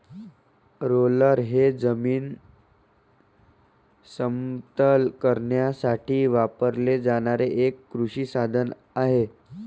roller हे जमीन समतल करण्यासाठी वापरले जाणारे एक कृषी साधन आहे